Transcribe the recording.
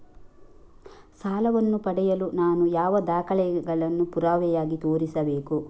ಸಾಲವನ್ನು ಪಡೆಯಲು ನಾನು ಯಾವ ದಾಖಲೆಗಳನ್ನು ಪುರಾವೆಯಾಗಿ ತೋರಿಸಬೇಕು?